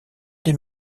des